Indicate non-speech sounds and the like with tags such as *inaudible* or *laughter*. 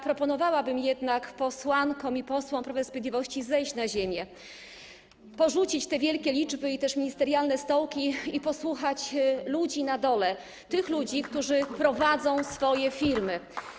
Proponowałabym jednak posłankom i posłom Prawa i Sprawiedliwości zejść na ziemię, porzucić te wielkie liczby i ministerialne stołki i posłuchać ludzi na dole, *applause* tych ludzi, którzy prowadzą swoje firmy.